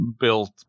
built